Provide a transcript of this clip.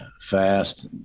fast